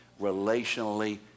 relationally